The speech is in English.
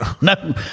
No